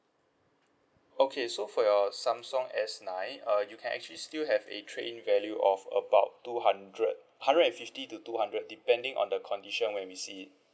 okay so for your samsung S nine uh you can actually still have a trade in value of about two hundred hundred and fifty to two hundred depending on the condition when we see it